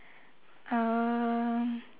um